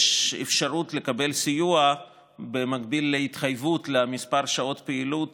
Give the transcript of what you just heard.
יש אפשרות לקבל סיוע במקביל להתחייבות על מספר שעות פעילות